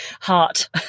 heart